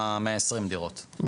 100-120 דירות,